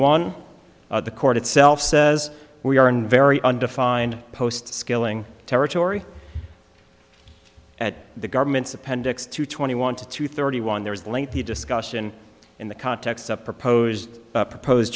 one the court itself says we are in very undefined post skilling territory at the government's appendix to twenty one to two thirty one there is a lengthy discussion in the context of proposed proposed